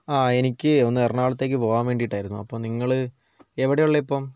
ആഹ് എനിക്ക് ഒന്ന് എറണാകുളത്തേയ്ക്ക് പോകാൻ വേണ്ടിയിട്ടായിരുന്നു അപ്പോൾ നിങ്ങൾ എവിടെയുള്ളിപ്പം